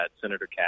Senator